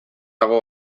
dago